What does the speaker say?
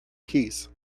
keys